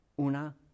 una